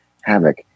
havoc